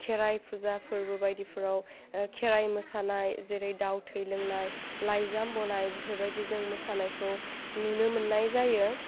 खेराइ फुजाफोर बायदिफ्राव खेराइ मोसानाय जेरै दाउ थै लोंनाय लाइजाम बनाय बेफोरबायदि जों मोसानायखौ नुनो मोन्नाय जायो